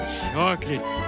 chocolate